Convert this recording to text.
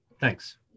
thanks